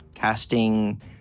casting